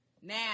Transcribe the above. Now